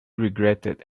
regretted